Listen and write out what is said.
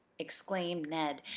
exclaimed ned,